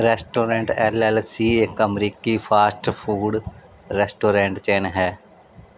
restaurant L L C ਇੱਕ ਅਮਰੀਕੀ fast food restaurant chain ਹੈ